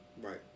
Right